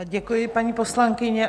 Děkuji, paní poslankyně.